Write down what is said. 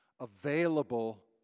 available